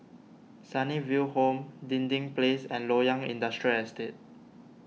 Sunnyville Home Dinding Place and Loyang Industrial Estate